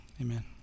amen